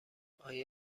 آیا